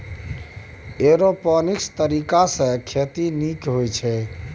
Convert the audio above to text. aeroponics तरीकासँ खेती नीक होइत छै